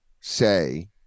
say